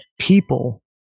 people